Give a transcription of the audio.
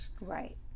Right